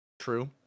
true